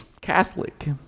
Catholic